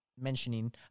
mentioning